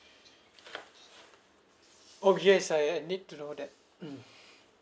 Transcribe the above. oh yes I I need to know that mm